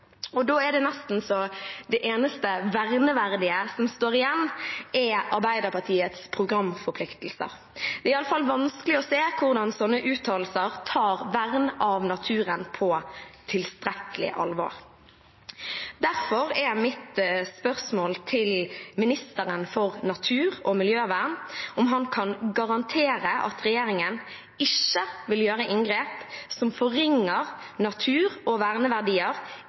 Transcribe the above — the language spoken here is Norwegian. Da er nesten Arbeiderpartiets programforpliktelser det eneste verneverdige som står igjen. Det er i alle fall vanskelig å se hvordan sånne uttalelser tar vern av naturen på tilstrekkelig alvor. Derfor er mitt spørsmål til ministeren for natur- og miljøvern om han kan garantere at regjeringen ikke vil gjøre inngrep som på noen som helst måte forringer natur og verneverdier